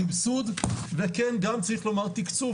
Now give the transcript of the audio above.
סבסוד וכן גם צריך לומר תקצוב,